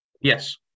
Yes